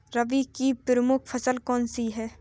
रबी की प्रमुख फसल कौन सी है?